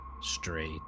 Straight